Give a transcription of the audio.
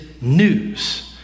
News